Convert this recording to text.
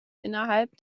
innerhalb